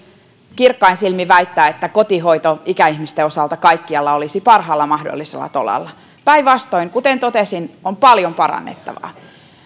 kirkkain silmin väittää että kotihoito ikäihmisten osalta kaikkialla olisi parhaalla mahdollisella tolalla päinvastoin kuten totesin on paljon parannettavaa